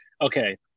okay